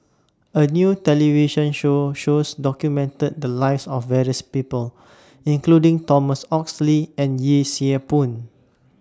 A New television Show shows documented The Lives of various People including Thomas Oxley and Yee Siew Pun